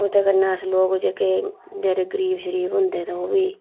ओह्दे कन्नै अस लोग जेह्के जेह्ड़े बचारे गरीब शरीब होंदे ते ओह् बी